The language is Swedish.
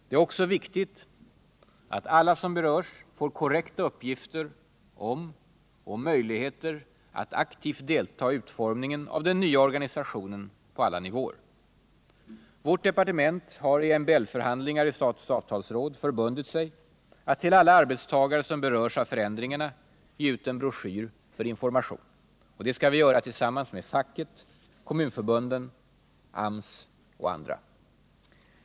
Det är också viktigt att alla som berörs får korrekta uppgifter om och möjligheter att aktivt delta i utformningen av den nya organisationen på alla nivåer. Vårt departement har i MBL-förhandlingar i statens avtalsråd förbundit sig att till alla arbetstagare som berörs av förändringarna ge ut en broschyr för information. Det skall vi göra tillsammans med facket, kommunförbunden, AMS och andra.